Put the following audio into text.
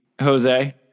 Jose